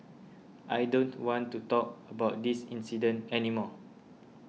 I don't want to talk about this incident any more